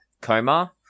coma